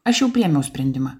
aš jau priėmiau sprendimą